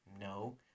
No